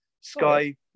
Sky